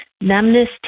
numbness